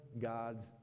God's